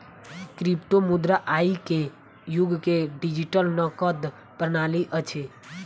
क्रिप्टोमुद्रा आई के युग के डिजिटल नकद प्रणाली अछि